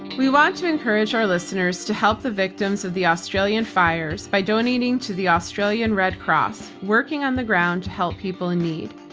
we want to encourage our listeners to help the victims of the australian fires by donating to the australian red cross working on the ground helping people in need.